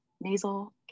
nasal